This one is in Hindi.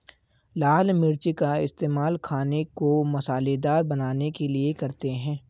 लाल मिर्च का इस्तेमाल खाने को मसालेदार बनाने के लिए करते हैं